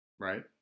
Right